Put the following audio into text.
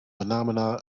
phenomena